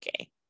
Okay